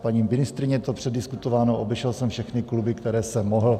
Paní ministryně, je to předdiskutováno, obešel jsem všechny kluby, které jsem mohl.